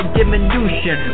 diminution